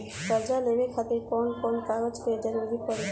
कर्जा लेवे खातिर कौन कौन कागज के जरूरी पड़ी?